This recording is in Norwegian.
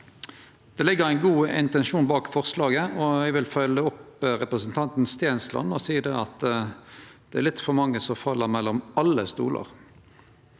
Det ligg ein god intensjon bak forslaget, og eg vil følgje opp representanten Stensland og seie at det er litt for mange som fell mellom alle stolar.